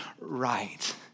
right